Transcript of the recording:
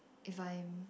if I'm